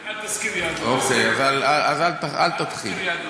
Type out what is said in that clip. אל תסכים, אל תדבר בשם היהדות.